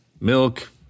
milk